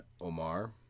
Omar